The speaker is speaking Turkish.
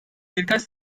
birkaç